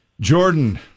Jordan